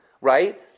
right